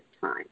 time